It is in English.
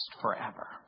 forever